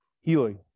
Healing